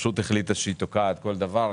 שהחליטה שהיא תוקעת כל דבר.